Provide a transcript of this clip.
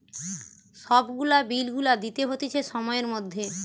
সব গুলা বিল গুলা দিতে হতিছে সময়ের মধ্যে